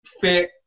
fit